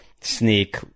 sneak